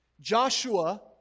Joshua